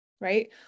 right